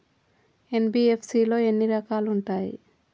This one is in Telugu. ఎన్.బి.ఎఫ్.సి లో ఎన్ని రకాలు ఉంటాయి?